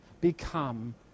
become